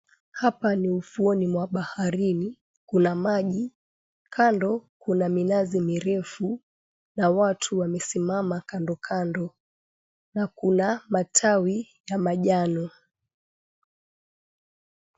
Hapa ni ufuoni mwa baharini. Kuna maji, kando, kuna minazi mirefu na watu wamesimama kando kando na kuna matawi ya manjano.